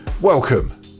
welcome